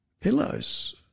pillows